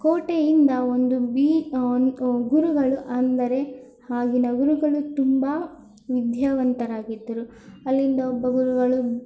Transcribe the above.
ಕೋಟೆಯಿಂದ ಒಂದು ಬಿ ಒಂದು ಗುರುಗಳು ಅಂದರೆ ಆಗಿನ ಗುರುಗಳು ತುಂಬ ವಿದ್ಯಾವಂತರಾಗಿದ್ದರು ಅಲ್ಲಿಂದ ಒಬ್ಬ ಗುರುಗಳು